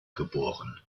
geboren